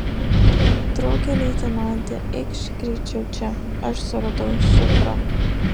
drauge leitenante eikš greičiau čia aš suradau šifrą